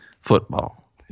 football